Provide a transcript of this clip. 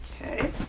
Okay